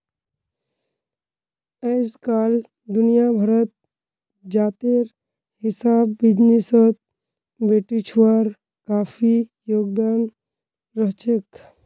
अइजकाल दुनिया भरत जातेर हिसाब बिजनेसत बेटिछुआर काफी योगदान रहछेक